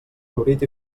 florit